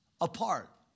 apart